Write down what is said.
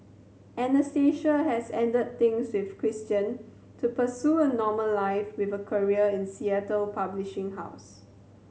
Anastasia has ended things with Christian to pursue a normal life with a career in Seattle publishing house